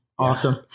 Awesome